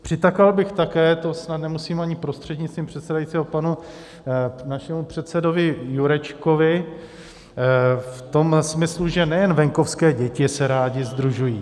Přitakal bych také, to snad ani nemusím prostřednictvím pana předsedajícího, panu našemu předsedovi Jurečkovi v tom smyslu, že nejen venkovské děti se rády sdružují.